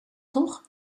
toch